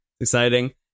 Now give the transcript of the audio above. Exciting